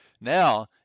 Now